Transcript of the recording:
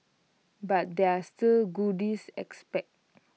but there are still goodies expect